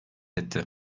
etti